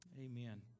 amen